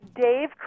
Dave